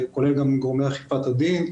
כולל גם גורמי אכיפת הדין,